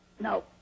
No